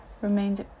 remains